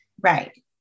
Right